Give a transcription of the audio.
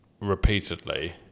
Repeatedly